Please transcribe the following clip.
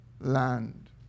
land